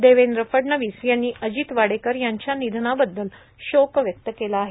देवेंद्र फडणवीस यांनी अजित वाडेकर यांच्या निधनाबद्दल शोक व्यक्त केला आहे